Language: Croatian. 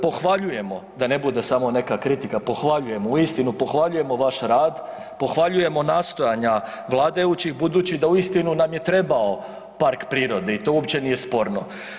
Pohvaljujemo, da ne bude samo neka kritika, pohvaljujemo, uistinu pohvaljujemo vaš rad, pohvaljujemo nastojanja vladajućih budući da uistinu nam je trebao park prirode i to uopće nije sporno.